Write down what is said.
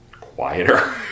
quieter